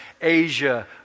Asia